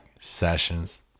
Sessions